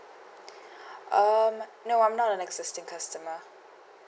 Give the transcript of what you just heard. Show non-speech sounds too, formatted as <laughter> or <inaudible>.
<breath> um no I'm not an existing customer